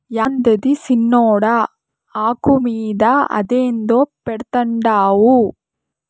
యాందది సిన్నోడా, ఆకు మీద అదేందో పెడ్తండావు